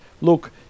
look